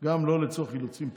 גם לא לצורך אילוצים פוליטיים.